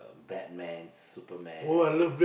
Batman Superman